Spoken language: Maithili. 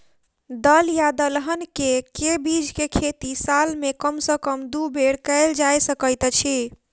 दल या दलहन केँ के बीज केँ खेती साल मे कम सँ कम दु बेर कैल जाय सकैत अछि?